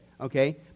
okay